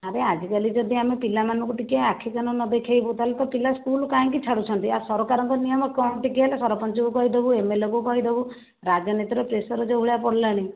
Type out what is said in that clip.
ଆରେ ଆଜିକାଲି ଯଦି ଆମେ ପିଲାମାନଙ୍କୁ ଟିକେ ଆଖିକାନ ନ ଦେଖେଇବୁ ତାହେଲେ ତ ପିଲା ସ୍କୁଲ୍ କାହିଁକି ଛାଡ଼ୁଛନ୍ତି ଆଉ ସରକାରଙ୍କ ନିୟମ କ'ଣ ଟିକେ ହେଲେ ସରପଞ୍ଚକୁ କହିଦେବୁ ଏମଏଲଏକୁ କହିଦେବୁ ରାଜନୀତିର ପ୍ରେସର୍ ଯେଉଁଭଳିଆ ପଡ଼ିଲାଣି